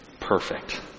perfect